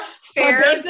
Fair